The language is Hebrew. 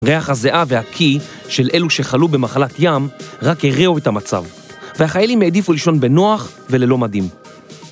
ריח הזעה והקיא של אלו שחלו במחלת ים רק הרעו את המצב והחיילים מעדיף לישון בנוח וללא מדים